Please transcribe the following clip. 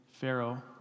Pharaoh